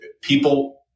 people